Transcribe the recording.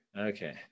okay